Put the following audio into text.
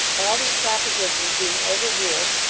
all these propositions being overruled,